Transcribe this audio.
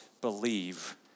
believe